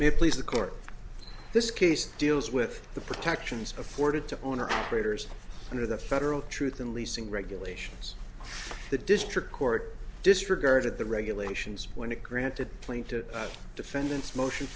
may please the court this case deals with the protections afforded to owner operators under the federal truth in leasing regulations the district court disregarded the regulations when it granted playing to defendants motion